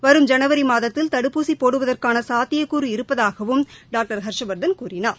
வரும் ஜனவரி மாதத்தில் தடுப்பூசி போடுவதற்கான சாத்தியக்கூறு இருப்பதாகவும் டாக்டர் ஹர்ஷவர்தன் கூறினார்